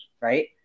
right